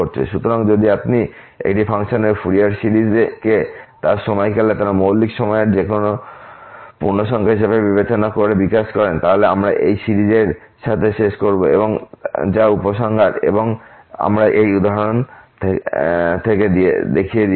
সুতরাং যদি আপনি একটি ফাংশনের ফুরিয়ার সিরিজকে তার সময়কালকে তার মৌলিক সময়ের যেকোনো পূর্ণসংখ্যা হিসাবে বিবেচনা করে বিকাশ করেন তাহলে আমরা একই ফুরিয়ার সিরিজের সাথে শেষ করব যা উপসংহার এবং আমরা এই উদাহরণ থেকে দেখিয়েছি